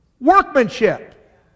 workmanship